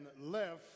left